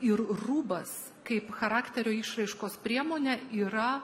ir rūbas kaip charakterio išraiškos priemonė yra